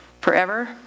forever